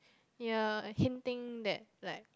ya uh hinting that like